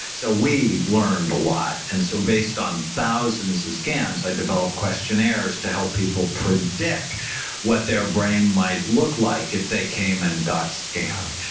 so we've learned a lot. and so based on thousands of scans, i developed questionnaires to help people predict what their brain might look like if they came and got scanned.